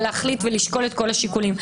להחליט ולשקול את כל השיקולים,